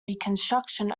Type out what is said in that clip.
reconstruction